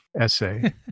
essay